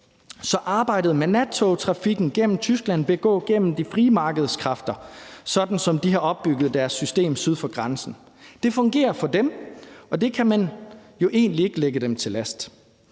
Så arbejdet med nattogtrafikken gennem Tyskland vil gå gennem de frie markedskræfter, sådan som de har opbygget deres system syd for grænsen. Det fungerer for dem, og det kan man jo egentlig ikke lægge dem til last.